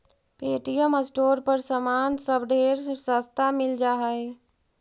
Paytm store पर समान सब ढेर सस्ता मिल जा हई